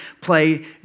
play